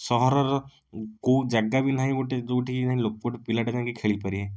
ସହର ର କେଉଁ ଜାଗା ବି ନାହିଁ ଗୋଟେ ଯେଉଁଠି ଯାଇଁକି ଲୋକଟେ ପିଲାଟେ ଯାଇଁକି ଖେଳି ପାରିବେ